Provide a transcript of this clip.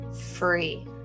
free